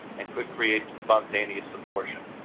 and could create spontaneous abortion.